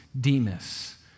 Demas